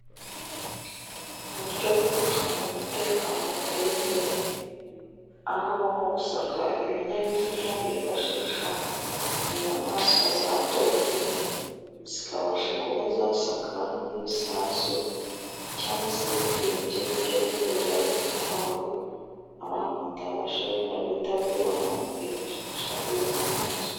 Mu buryo bwo gucunga umutekano buteye imbere, aho nko gusaka ibinyabiziga bifashisha inyamaswa zatojwe, zikabasha kuba zasaka nk'ibisasu cyangwa se ibindi bintu by'ibiyobyabwenge byaba bitwawe, abantu batabasha wenda guhita babibona bakifashisha izi nyamaswa.